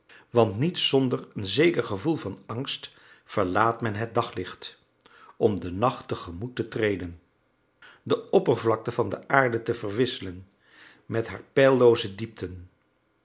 want niet zonder een zeker gevoel van angst verlaat men het daglicht om den nacht tegemoet te treden de oppervlakte van de aarde te verwisselen met haar peillooze diepten